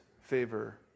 favor